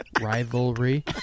Rivalry